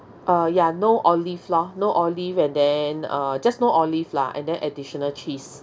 uh ya no olive lor no olive and then uh just no olive lah and then additional cheese